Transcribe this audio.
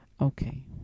Okay